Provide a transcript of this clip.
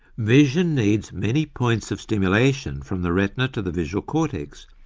vision needs many points of stimulation, from the retina to the visual cortex,